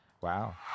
wow